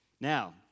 Now